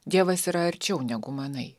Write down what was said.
dievas yra arčiau negu manai